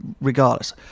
regardless